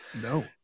no